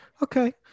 Okay